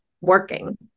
working